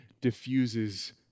diffuses